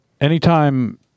anytime